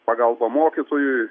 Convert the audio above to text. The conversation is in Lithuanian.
pagalba mokytojui